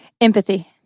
Empathy